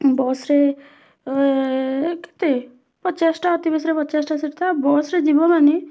ବସ୍ରେ ଏ କେତେ ପଚାଶଟା ଅତିବେଶୀରେ ପଚାଶଟା ସିଟ୍ ଥାଏ ବସ୍ରେ ଯିବ ମାନେ